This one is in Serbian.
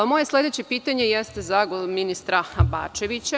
Moje sledeće pitanje jeste za ministra Bačevića.